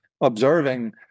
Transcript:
observing